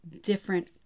different